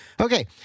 Okay